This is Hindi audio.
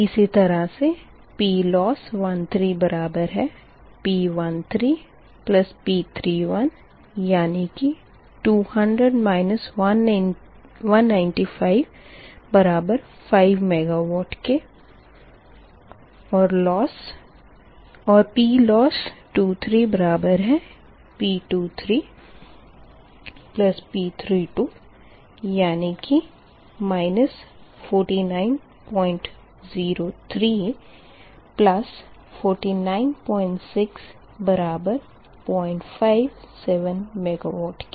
इसी तरह से PLOSS 13 बराबर है P13 P31 यानी कि 200 195 बराबर 5 मेगावाट के और PLOSS 23 बराबर है P23 P32 यानी कि 4903 496 बराबर 057 मेगावाट के